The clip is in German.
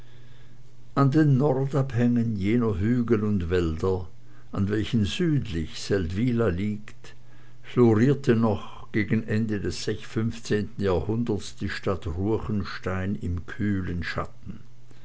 an den nordabhängen jener hügel und wälder an welchen südlich seldwyla liegt florierte noch gegen das ende des fünfzehnten jahrhunderts die stadt ruechenstein im kühlen schatten